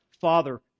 Father